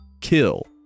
kill